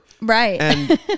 Right